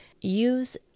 use